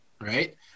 right